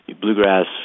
bluegrass